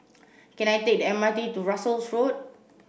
can I take the M R T to Russels Road